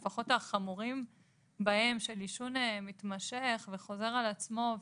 לפחות החומרים בהם של עישון מתמשך וחוזר על עצמו?